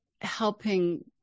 helping